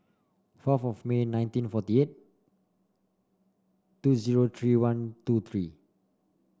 fourth of May nineteen forty eight two zero three one two three